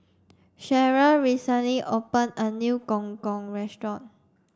Cheryll recently opened a new Gong Gong restaurant